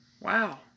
Wow